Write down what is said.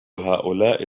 هؤلاء